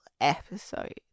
Episode